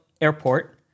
Airport